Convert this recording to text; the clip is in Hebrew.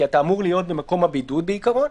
כי אתה אמור להיות במקום הבידוד בעיקרון,